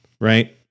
Right